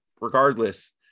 regardless –